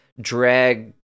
drag